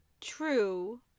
true